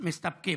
מסתפקים.